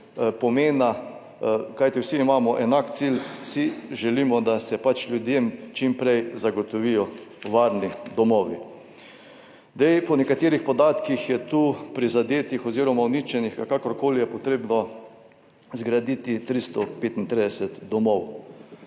pomena, kajti vsi imamo enak cilj, vsi želimo, da se pač ljudem čim prej zagotovijo varni domovi. Po nekaterih podatkih je tukaj prizadetih, uničenih oziroma je potrebno zgraditi 335 domov.